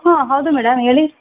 ಹ್ಞೂ ಹೌದು ಮೇಡಮ್ ಹೇಳಿ